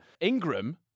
Ingram